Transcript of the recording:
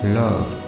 love